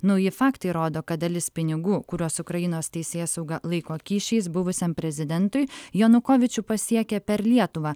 nauji faktai rodo kad dalis pinigų kuriuos ukrainos teisėsauga laiko kyšiais buvusiam prezidentui janukovyčių pasiekia per lietuvą